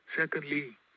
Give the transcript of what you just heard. Secondly